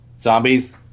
Zombies